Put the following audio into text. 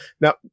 now